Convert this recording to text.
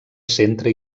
centre